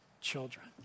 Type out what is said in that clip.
children